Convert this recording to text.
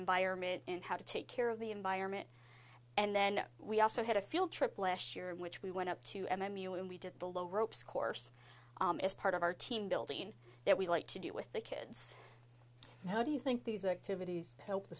environment and how to take care of the environment and then we also had a field trip last year in which we went up to m m u and we did the low ropes course as part of our team building that we'd like to do with the kids how do you think these activities help the